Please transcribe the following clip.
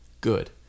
good